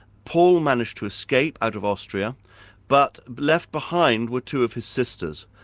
paul managed to escape out of austria but left behind were two of his sisters.